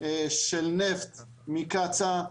של נפט מקצא"א,